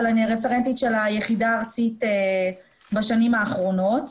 אבל אני רפרנטית של היחידה הארצית בשנים האחרונות.